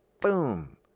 boom